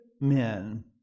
men